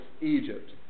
Egypt